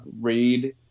read